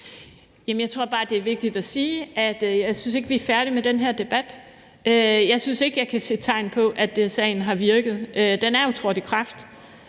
Jeg tror bare, det er vigtigt at sige, at jeg ikke synes, vi er færdige med den her debat. Jeg synes ikke, jeg kan se tegn på, at DSA'en har virket. Den er jo trådt i kraft.